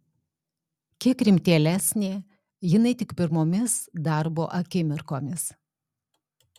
kiek rimtėlesnė jinai tik pirmomis darbo akimirkomis